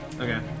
Okay